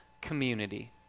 community